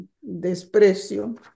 desprecio